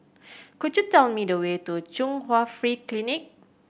could you tell me the way to Chung Hwa Free Clinic